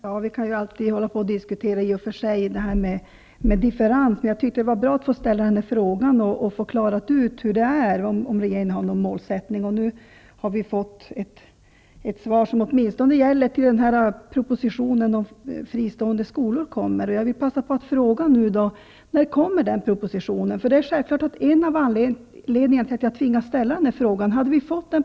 Herr talman! Visst kan vi alltid diskutera det här med differenser. Jag tyckte det var bra att få ställa frågan och få klarat ut om regeringen har någon målsättning. Nu har vi fått ett svar som åtminstone gäller tills propositionen om fristående skolor kommer. Jag vill passa på att fråga: När kommer den propositionen? En av anledningarna till att jag tvingats ställa denna fråga är att vi inte fått den.